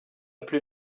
plus